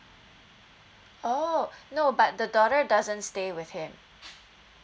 oh no but the daughter doesn't stay with him